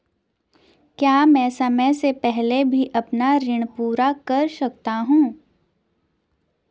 क्या मैं समय से पहले भी अपना ऋण पूरा कर सकता हूँ?